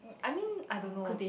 I mean I don't know